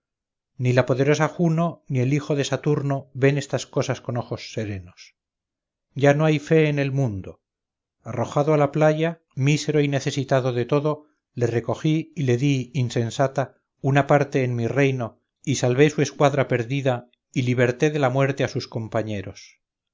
ni la poderosa juno ni el hijo de saturno ven estas cosas con ojos serenos ya no hay fe en el mundo arrojado a la playa mísero y necesitado de todo le recogí y le di insensata una parte en mi reino y salvé su escuadra perdida y liberté de la muerte a sus compañeros